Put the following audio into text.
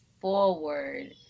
forward